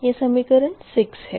यह समीकरण 6 है